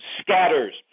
scatters